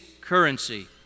currency